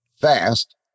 fast